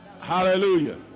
Hallelujah